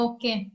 Okay